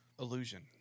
illusion